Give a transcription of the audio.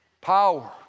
Power